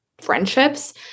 friendships